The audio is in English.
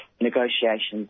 negotiations